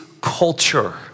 culture